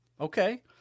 Okay